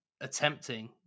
attempting